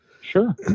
Sure